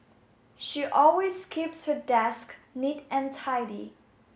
she always keeps her desk neat and tidy